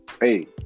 hey